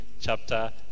chapter